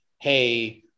hey